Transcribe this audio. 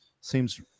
seems